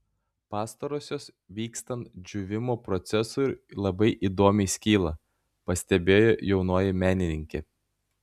pastarosios vykstant džiūvimo procesui labai įdomiai skyla pastebėjo jaunoji menininkė